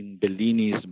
Bellini's